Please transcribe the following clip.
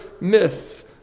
myth